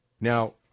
now